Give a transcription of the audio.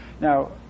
Now